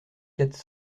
quatre